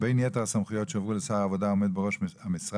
בין יתר הסמכויות שיועברו לשר העבודה העומד בראש המשרד